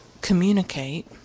communicate